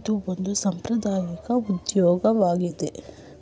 ಇದು ಒಂದು ಸಾಂಪ್ರದಾಐಕ ಉದ್ಯೋಗವಾಗಿದೆ